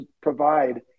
provide